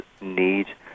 need